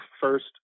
first